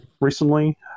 recently